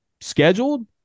scheduled